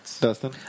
Dustin